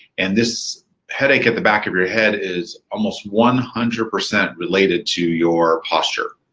and this headache at the back of your head is almost one hundred percent related to your posture.